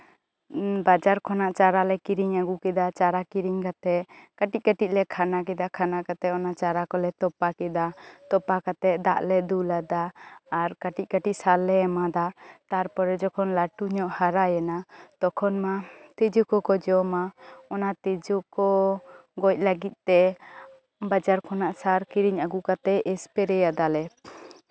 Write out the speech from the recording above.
ᱵᱟᱡᱟᱨ ᱠᱷᱚᱱᱟᱜ ᱪᱟᱨᱟᱞᱮ ᱠᱤᱨᱤᱧ ᱟᱹᱜᱩ ᱠᱮᱫᱟ ᱪᱟᱨᱟ ᱠᱤᱨᱤᱧ ᱠᱟᱛᱮᱜ ᱠᱟᱹᱴᱤᱡ ᱠᱟᱹᱴᱤᱡ ᱞᱮ ᱠᱷᱟᱱᱟ ᱠᱮᱫᱟ ᱠᱷᱟᱱᱟ ᱠᱟᱛᱮᱜ ᱚᱱᱟ ᱪᱟᱨᱟ ᱠᱚᱞᱮ ᱛᱚᱯᱟ ᱠᱮᱫᱟ ᱛᱚᱯᱟ ᱠᱟᱛᱮᱜ ᱫᱟᱜᱞᱮ ᱫᱩᱞ ᱟᱫᱟ ᱟᱨ ᱠᱟᱹᱴᱤᱡ ᱠᱟᱹᱴᱤᱡ ᱥᱟᱨᱞᱮ ᱮᱢᱟᱣᱫᱟ ᱛᱟᱨᱯᱚᱨᱮ ᱡᱚᱠᱷᱚᱱ ᱞᱟᱹᱴᱩ ᱧᱚᱜ ᱦᱟᱨᱟᱭᱮᱱᱟ ᱛᱚᱠᱷᱚᱱ ᱢᱟ ᱛᱤᱡᱩ ᱠᱚᱠᱚ ᱡᱚᱢ ᱢᱟ ᱚᱱᱟ ᱛᱤᱡᱩ ᱠᱚ ᱜᱚᱡ ᱞᱟᱹᱜᱤᱫᱛᱮ ᱵᱟᱡᱟᱨ ᱠᱷᱚᱱᱟᱜ ᱥᱟᱨ ᱠᱤᱨᱤᱧ ᱟᱹᱜᱩ ᱠᱟᱛᱮᱜ ᱥᱯᱨᱮ ᱟᱫᱟᱞᱮ